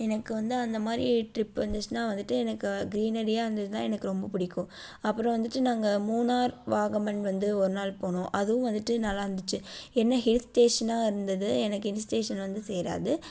எனக்கு வந்து அந்த மாதிரி ட்ரிப் வந்துச்சின்னா வந்துட்டு எனக்கு க்ரீனரியா இருந்துதுன்னா எனக்கு ரொம்ப புடிக்கும் அப்புறம் வந்துட்டு நாங்க மூணார் வாகமன் வந்து ஒருநாள் போனோம் அதுவும் வந்துட்டு நல்லாருந்துச்சி என்ன ஹீல்ஸ் ஸ்டேஷனா இருந்தது எனக்கு ஹீல்ஸ் ஸ்டேஷன் வந்து சேராது